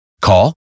Call